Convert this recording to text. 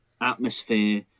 atmosphere